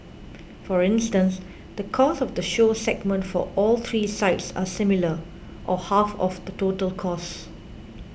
for instance the cost of the show segment for all three sites are similar or half of the total costs